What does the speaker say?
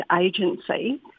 agency